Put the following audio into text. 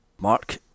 Mark